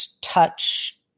touch